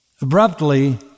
abruptly